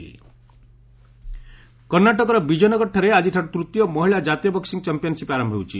boxing women କର୍ଣ୍ଣାଟକର ବିଜୟନଗରଠାରେ ଆଜିଠାରୁ ତୃତୀୟ ମହିଳା ଜାତୀୟ ବକ୍କିଂ ଚମ୍ପିୟନ୍ସିପ୍ ଆରମ୍ଭ ହେଉଛି